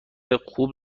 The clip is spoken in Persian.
خوب